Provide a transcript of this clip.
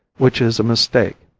which is a mistake.